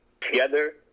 Together